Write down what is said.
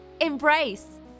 embrace